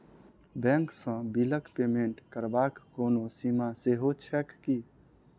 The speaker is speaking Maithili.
बैंक सँ बिलक पेमेन्ट करबाक कोनो सीमा सेहो छैक की?